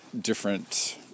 different